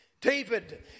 David